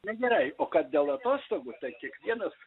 negerai o kas dėl atostogų tai kiekvienas